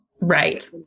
Right